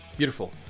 Beautiful